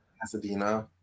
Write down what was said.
Pasadena